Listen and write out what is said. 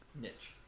Niche